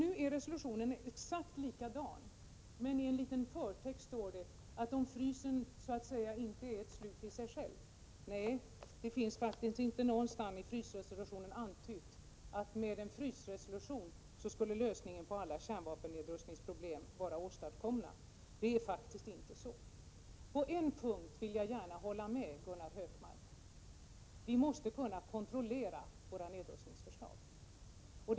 Nu är resolutionen exakt likadan, men i en liten förtext står att frysningen inte är ett slut i sig själv. Nej, inte någonstans i resolutionen antyds att en frysningsresolution skulle innebära lösningen på alla kärnvapennedrustningsproblem. På en punkt vill jag faktiskt hålla med Gunnar Hökmark. Vi måste kunna kontrollera våra nedrustningsförslag.